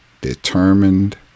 determined